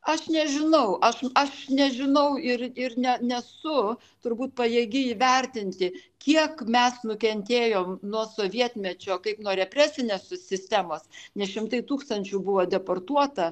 aš nežinau aš aš nežinau ir ir ne nesu turbūt pajėgi įvertinti kiek mes nukentėjom nuo sovietmečio kaip nuo represinės sistemos nes šimtai tūkstančių buvo deportuota